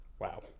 Wow